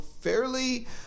fairly